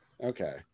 Okay